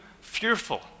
fearful